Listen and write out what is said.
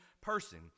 person